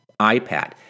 iPad